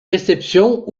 réceptions